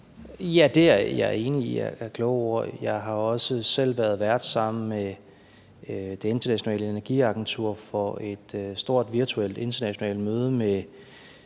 enig i er kloge ord. Jeg har også selv været vært sammen med Det Internationale Energiagentur for et stort virtuelt internationalt møde med